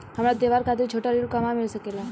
हमरा त्योहार खातिर छोटा ऋण कहवा मिल सकेला?